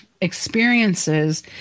experiences